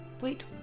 Wait